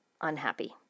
unhappy